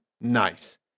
Nice